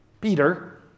Peter